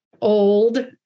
old